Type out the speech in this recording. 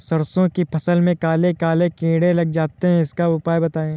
सरसो की फसल में काले काले कीड़े लग जाते इसका उपाय बताएं?